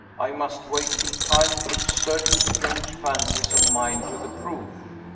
i must wait till time puts certain strange fancies of mine to the proof.